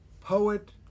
poet